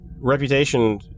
Reputation